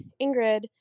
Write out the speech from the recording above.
Ingrid